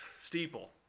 steeple